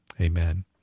Amen